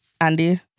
Andy